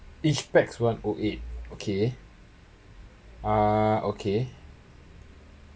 each pax one O eight okay uh okay